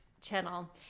channel